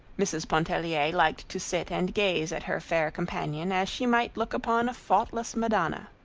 mrs. pontellier liked to sit and gaze at her fair companion as she might look upon a faultless madonna.